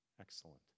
excellent